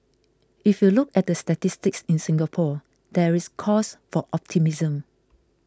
if you look at the statistics in Singapore there is cause for optimism